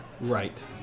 Right